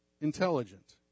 intelligent